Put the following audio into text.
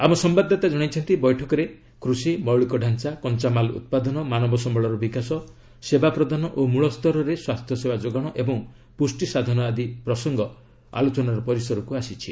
ଆମ ସମ୍ଭାଦଦାତା ଜଣାଇଛନ୍ତି ବୈଠକରେ କୃଷି ମୌଳିକ ଢାଞ୍ଚା କଞ୍ଚାମାଲ ଉତ୍ପାଦନ ମାନବ ସମ୍ଭଳର ବିକାଶ ସେବା ପ୍ରଦାନ ଓ ମୂଳସ୍ତରରେ ସ୍ପାସ୍ଥ୍ୟସେବା ଯୋଗାଣ ଏବଂ ପୁଷ୍ଟି ସାଧନ ଆଦି ପ୍ରସଙ୍ଗ ଆଲୋଚନାର ପରିସରକୁ ଆସିଛି